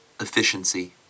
Efficiency